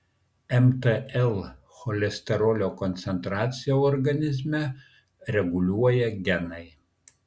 mtl cholesterolio koncentraciją organizme reguliuoja genai